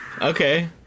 Okay